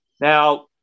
Now